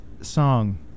song